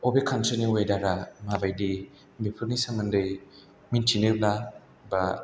बबे खान्थ्रिनि वेदारआ माबादि बेफोरनि सोमोन्दै मोनथिनोब्ला बा